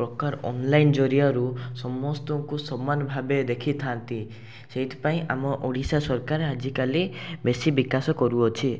ପ୍ରକାର ଅନଲାଇନ୍ ଜରିଆରୁ ସମସ୍ତଙ୍କୁ ସମାନ ଭାବେ ଦେଖିଥାନ୍ତି ସେଇଥିପାଇଁ ଆମ ଓଡ଼ିଶା ସରକାର ଆଜିକାଲି ବେଶୀ ବିକାଶ କରୁଅଛି